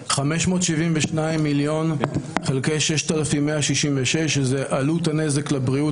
572 מיליון חלקי 6,166 זו עלות הנזק לבריאות